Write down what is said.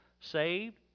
saved